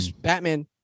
Batman